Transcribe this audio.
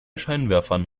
scheinwerfern